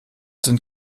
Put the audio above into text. sind